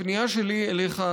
הפנייה שלי אליך,